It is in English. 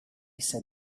said